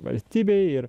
valstybei ir